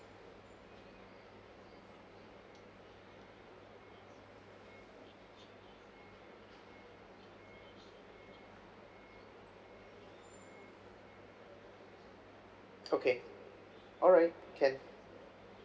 okay alright can